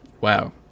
Wow